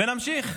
נמשיך.